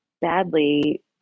badly